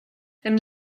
and